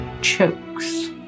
chokes